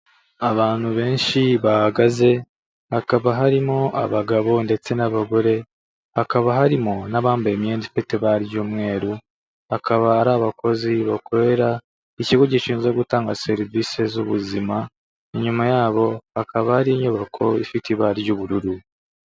Abantu benshi bahagaze, hakaba harimo abagabo ndetse n'abagore, hakaba harimo n'abambaye imyenda ifite ibara ry'umweru, akaba ari abakozi bakorera ikigo gishinzwe gutanga serivise z'ubuzima, inyuma yabo hakaba hari inyubako ifite ibara ry'ubururu.